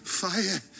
fire